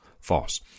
false